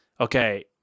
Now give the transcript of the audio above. okay